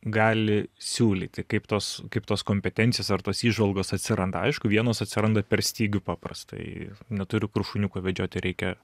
gali siūlyti kaip tos kaip tos kompetencijos ar tos įžvalgos atsiranda aišku vienos atsiranda per stygių paprastai neturiu kur šuniuką vedžioti reikia